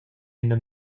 ina